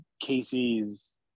Casey's